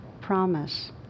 promise